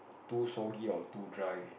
too soggy or too dry